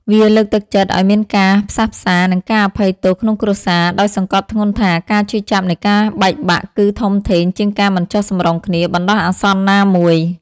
វាលើកទឹកចិត្តឲ្យមានការផ្សះផ្សា និងការអភ័យទោសក្នុងគ្រួសារ ដោយសង្កត់ធ្ងន់ថា ការឈឺចាប់នៃការបែកបាក់គឺធំធេងជាងការមិនចុះសម្រុងគ្នាបណ្ដោះអាសន្នណាមួយ។